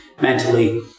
mentally